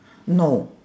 no